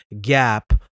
gap